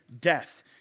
death